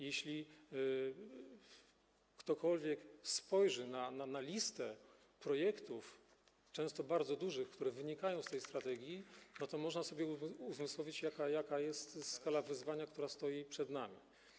Jeśli ktokolwiek spojrzy na listę projektów, często bardzo dużych, które wynikają z tej strategii, to można sobie uzmysłowić, jaka jest skala wyzwania, które stoi przed nami.